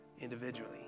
individually